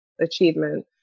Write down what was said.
achievement